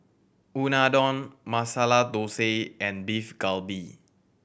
Unadon Masala Dosa and Beef Galbi